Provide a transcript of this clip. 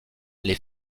les